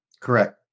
Correct